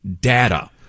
data